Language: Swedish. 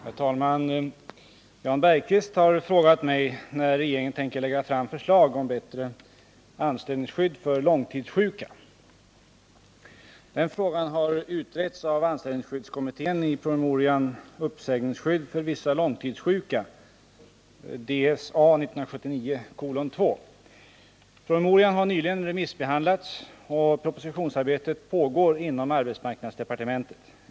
Herr talman! Jan Bergqvist har frågat mig när regeringen tänker lägga fram förslag om bättre anställningsskydd för långtidssjuka. Den frågan har utretts av anställningsskyddskommittén i promemorian Uppsägningsskydd för vissa långtidssjuka . Promemorian har nyligen remissbehandlats och propositionsarbetet pågår inom arbetsmarknadsdepartementet.